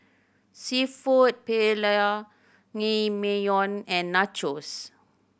Seafood Paella Naengmyeon and Nachos